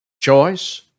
Choice